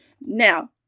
Now